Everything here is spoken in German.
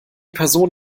person